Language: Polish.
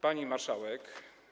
Pani Marszałek!